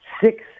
six